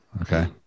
okay